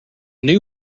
new